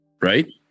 Right